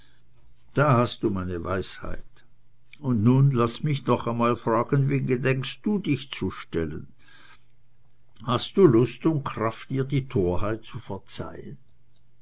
da hast du meine weisheit und nun laß mich noch einmal fragen wie gedenkst du dich zu stellen hast du lust und kraft ihr die torheit zu verzeihen